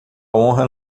honra